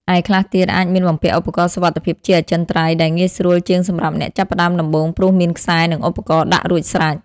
ឯខ្លះទៀតអាចមានបំពាក់ឧបករណ៍សុវត្ថិភាពជាអចិន្ត្រៃយ៍ ដែលងាយស្រួលជាងសម្រាប់អ្នកចាប់ផ្តើមដំបូងព្រោះមានខ្សែនិងឧបករណ៍ដាក់រួចស្រេច។